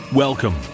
Welcome